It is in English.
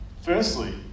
Firstly